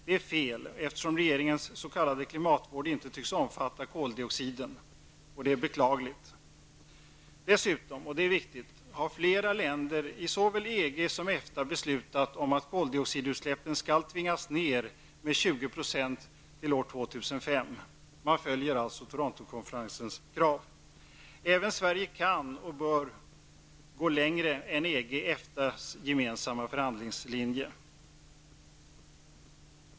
Det är fel eftersom regeringen s.k. klimatvår tycks omfatta koldioxiden, och det är beklagligt. Dessutom, och det är viktigt, har flera länder i såväl EG som EFTA beslutat att koldioxidutsläppen skall tvingas ner med 20 % till år 2005. Man följer alltså Torontokonferensens krav. Även Sverige kan och bör gå längre än EGs och EFTAs gemensamma förhandlingslinje.